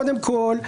קודם כול,